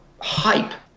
hype